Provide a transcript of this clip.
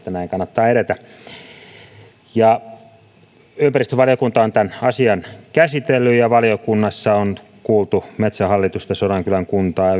näin kannattaa edetä ympäristövaliokunta on asian käsitellyt ja valiokunnassa on kuultu metsähallitusta sodankylän kuntaa